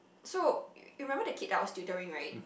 so you remember the kid I was tutoring right